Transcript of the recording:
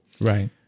Right